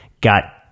got